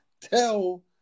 tell